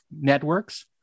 networks